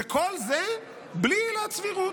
וכל זה בלי עילת סבירות,